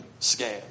scam